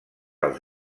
als